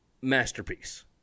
masterpiece